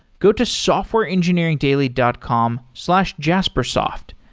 go to softwareengineeringdaily dot com slash jaspersoft.